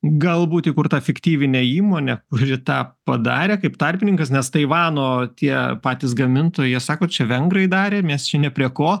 galbūt įkurta fiktyvinė įmonė kuri tą padarė kaip tarpininkas nes taivano tie patys gamintojai jie sako čia vengrai darė mes čia ne prie ko